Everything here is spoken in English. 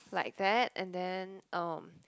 like that and then um